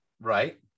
right